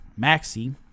Maxi